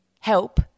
help